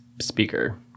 speaker